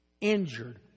Injured